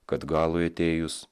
kad galui atėjus